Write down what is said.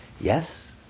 Yes